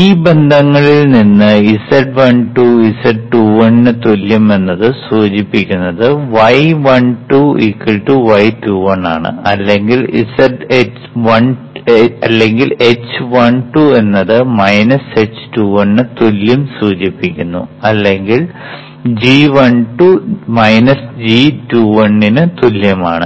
ഈ ബന്ധങ്ങളിൽ നിന്ന് z12 z21 ന് തുല്യം എന്നത് സൂചിപ്പിക്കുന്നത് y12 y21 ആണ് അല്ലെങ്കിൽ h12 എന്നത് h21 ന് തുല്യം സൂചിപ്പിക്കുന്നു അല്ലെങ്കിൽ g12 g21 ന് തുല്യമാണ്